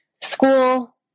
school